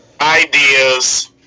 ideas